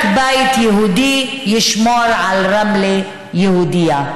רק בית יהודי חזק ישמור על רמלה יהודת.